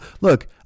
look